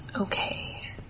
okay